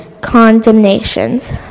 condemnations